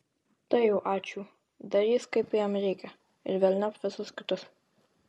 tai jau ačiū darys kaip jam reikia ir velniop visus kitus